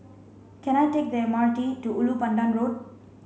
can I take the M R T to Ulu Pandan Road